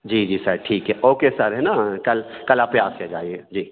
जी जी सर ठीक है ओ के सर है ना कल कल जी